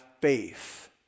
faith